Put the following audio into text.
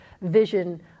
vision